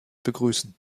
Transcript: begrüßen